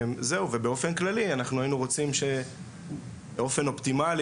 ובאופן כללי אנחנו היינו רוצים שבאופן אופטימלי